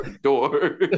door